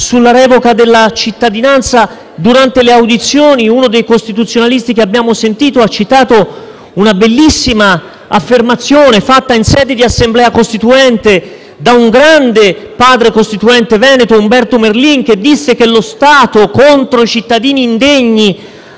sulla revoca della cittadinanza. Durante le audizioni, uno dei costituzionalisti che abbiamo ascoltato ha citato una bellissima affermazione, fatta in sede di Assemblea costituente, da un grande padre costituente veneto, Umberto Merlin, che disse che lo Stato, contro i cittadini indegni,